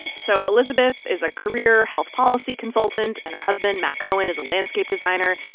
and so elizabeth is a career health policy consultant, and her husband, matt cohen, is a landscape designer.